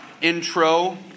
intro